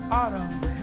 autumn